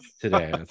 today